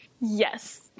Yes